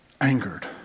Angered